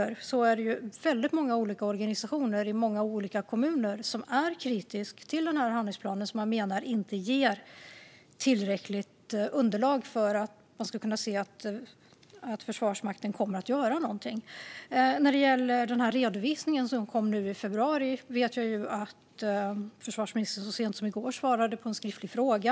att det är väldigt många olika organisationer i många olika kommuner som är kritiska till denna handlingsplan som de menar inte ger tillräckligt underlag för att se att Försvarsmakten kommer att göra någonting. När det gäller den redovisning som kom i februari vet jag att försvarsministern så sent som i går svarade på en skriftlig fråga.